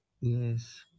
yes